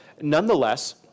Nonetheless